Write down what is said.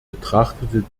betrachtete